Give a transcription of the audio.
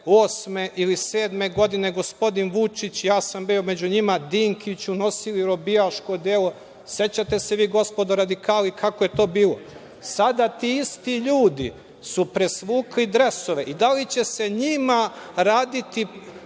2008. ili 2007. godine, gospodin Vučić, i ja sam bio među njima, Dinkiću nosili robijaško odelo. Sećate se vi, gospodo radikali, kako je to bilo? Sada ti isti ljudi su presvukli dresove. Da li će se njima raditi